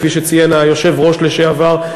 וכפי שציין היושב-ראש לשעבר,